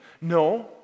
No